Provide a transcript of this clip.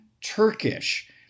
Turkish